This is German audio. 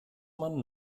man